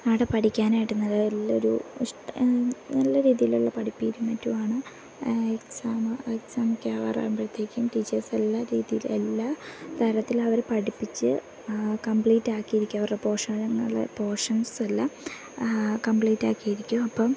അവിടെ പഠിക്കാനായിട്ട് നല്ലൊരു ഇഷ്ട നല്ല രീതിയിലുള്ള പഠിപ്പീരും മറ്റുമാണ് എക്സാം എക്സാം ഒക്കെ ആകാറാകുമ്പോഴത്തേക്കും ടീച്ചേഴ്സ് എല്ലാ രീതിയിൽ എല്ലാ തരത്തിൽ അവർ പഠിപ്പിച്ച് കംപ്ലീറ്റാക്കിയിരിക്കും അവരുടെ പോഷണിൽ പോഷൻസെല്ലാം കംപ്ലീറ്റാക്കിയിരിക്കും അപ്പം